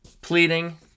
Pleading